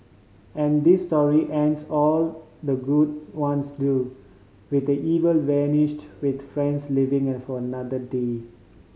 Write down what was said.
and this story ends all the good ones do with evil vanquished with friends living and for another day